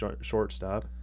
shortstop